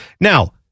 Now